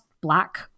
black